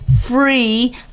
free